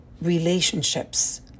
relationships